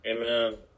amen